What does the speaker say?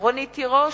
רונית תירוש,